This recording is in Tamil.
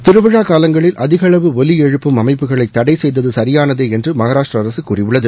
திருவிழாக் காலங்களில் அதிகளவு ஒலி எழுப்பும் அமைப்புக்களை தடை செய்தது சியானதே என்று மகாராஷ்டிர அரசு கூறியுள்ளது